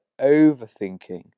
overthinking